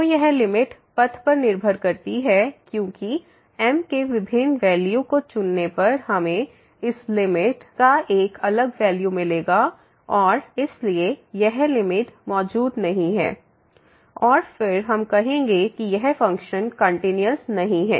तो यह लिमिट पथ पर निर्भर करती है क्योंकि m के विभिन्न वैल्यू को चुनने पर हमें इस लिमिट का एक अलग वैल्यू मिलेगा और इसलिए यह लिमिट मौजूद नहीं है और फिर हम कहेंगे कि यह फ़ंक्शन कंटिन्यूस नहीं है